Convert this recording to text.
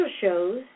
shows